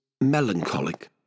melancholic